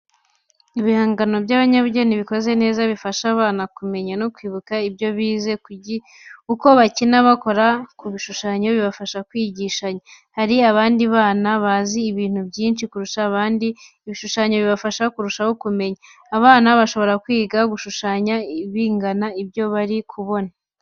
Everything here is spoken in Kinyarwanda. Ibihangano by'abanyabugeni bikoze neza, bifasha abana kumenya no kwibuka ibyo bize, uko bakina bakora ku bishushanyo, bibafasha kwigishanya. Hari abana baba bazi ibintu byinshi kurusha abandi, ibishushanyo bibafasha kurushaho kumenya. Abana bashobora kwiga gushushanya bigana ibyo bari kubona.